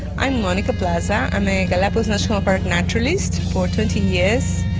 i'm monica plaza, i'm a galapagos national park nationalist for twenty years,